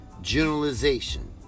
generalization